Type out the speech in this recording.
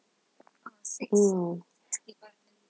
no